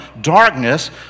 darkness